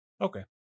Okay